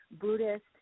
Buddhist